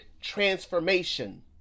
transformation